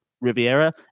Riviera